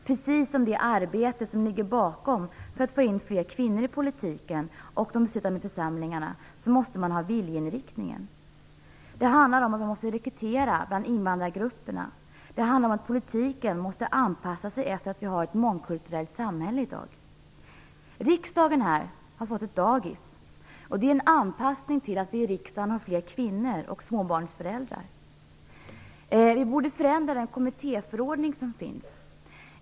Precis som när det gäller det arbete som ligger bakom detta med att få in fler kvinnor i politiken och de beslutande församlingarna måste man ha en viljeinriktning. Det handlar om att man skall rekrytera från invandrargrupperna och om att politiken måste anpassas efter att vi i dag har ett mångkulturellt samhälle. Riksdagen har fått ett dagis. Det är en anpassning till att det finns fler kvinnor och småbarnsföräldrar i riksdagen. Vi borde förändra den kommittéförordning som finns.